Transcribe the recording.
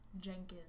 Jenkins